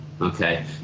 okay